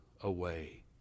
away